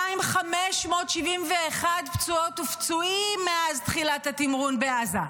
מספיקים 2,571 פצועות ופצועים מאז תחילת התמרון בעזה,